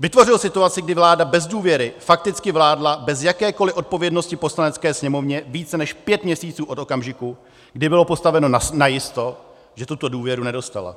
vytvořil situaci, kdy vláda bez důvěry fakticky vládla bez jakékoli odpovědnosti Poslanecké sněmovně více než pět měsíců od okamžiku, kdy bylo postaveno najisto, že tuto důvěru nedostala.